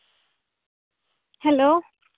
hello